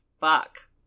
Fuck